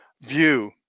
view